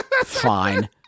Fine